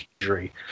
injury